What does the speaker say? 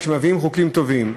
כשמביאים חוקים טובים,